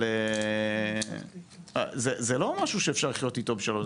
אבל זה לא משהו שאפשר לחיות איתו בשלום.